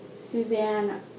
Suzanne